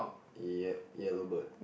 yep yellow bird